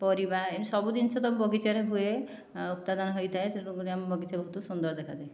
ପରିବା ଏମିତି ସବୁ ଜିନିଷ ତ ବଗିଚାରେ ହୁଏ ଉତ୍ପାଦନ ହୋଇଥାଏ ତେଣୁକରି ଆମ ବଗିଚା ବହୁତ ସୁନ୍ଦର ଦେଖାଯାଏ